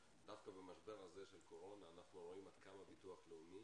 דווקא במשבר הזה של הקורונה אנחנו רואים עד כמה ביטוח לאומי